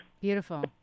Beautiful